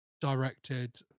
directed